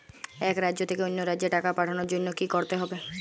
এক রাজ্য থেকে অন্য রাজ্যে টাকা পাঠানোর জন্য কী করতে হবে?